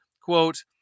quote